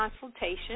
consultation